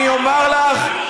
אני אומר לך,